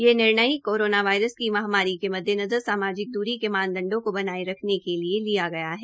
यह निर्णय corona virus की महामारी के मद्देनजर सामाजिक दूरी के मानदंडों को बनाए रखने के लिए लिया गया है